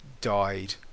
died